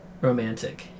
romantic